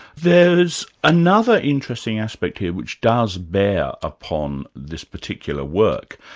there's another interesting aspect here, which does bear upon this particular work.